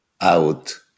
out